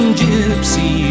gypsy